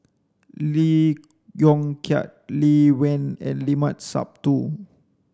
Lee Yong Kiat Lee Wen and Limat Sabtu